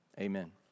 amen